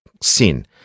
sin